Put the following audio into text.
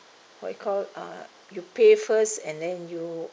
what you call uh you pay first and then you